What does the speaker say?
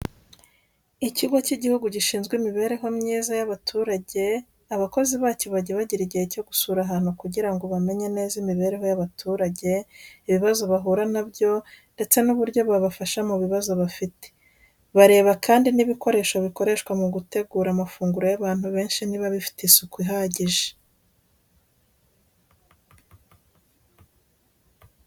Ikigo cy’igihugu gishinzwe imibereho myiza yabaturage, abakozi bacyo bajya bagira igihe cyo gusura ahantu kugira ngo bamenye neza imibereho y'abaturage, ibibazo bahura na byo, ndetse n'uburyo babafasha mu bibazo bafite. Bareba kandi n'ibikoresho bikoreshwa mu gutegura amafunguro y'abantu benshi niba bifite isuku ihagije.